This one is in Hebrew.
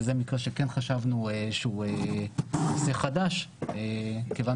וזה נושא שכן חשבנו שהוא נושא חדש כיוון